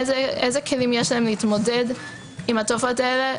איזה כלים יש להם להתמודד עם התופעות האלה,